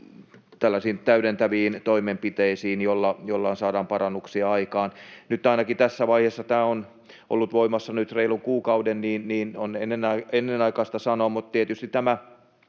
täydentäviin toimenpiteisiin, joilla saadaan parannuksia aikaan. Nyt ainakin tässä vaiheessa, kun tämä on ollut voimassa reilun kuukauden, on ennenaikaista sanoa, mutta tietysti, mitä